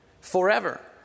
forever